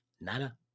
Nada